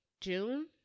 June